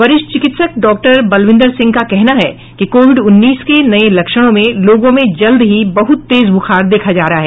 वरिष्ठ चिकित्सक डॉक्टर बलविंदर सिंह का कहना है कि कोविड उन्नीस के नये लक्षणों में लोगों में जल्द ही बहुत तेज बुखार देखा जा रहा है